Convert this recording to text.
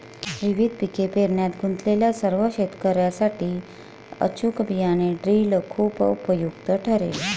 विविध पिके पेरण्यात गुंतलेल्या सर्व शेतकर्यांसाठी अचूक बियाणे ड्रिल खूप उपयुक्त ठरेल